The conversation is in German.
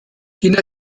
china